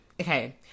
okay